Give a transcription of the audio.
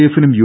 എഫിനും യു